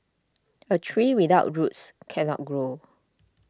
a tree without roots cannot grow